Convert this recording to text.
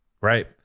right